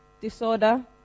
disorder